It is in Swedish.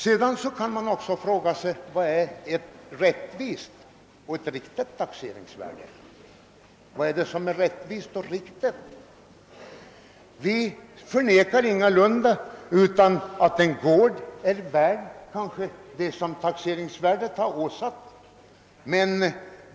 Sedan kan man fråga sig: Vad är ett rättvist och riktigt taxeringsvärde? Vi förnekar ingalunda att en gård kan ha det värde som åsatts den vid taxeringen.